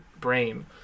brain